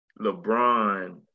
LeBron